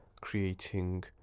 creating